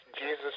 Jesus